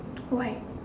why